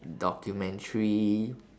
documentary